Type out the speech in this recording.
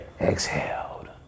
exhaled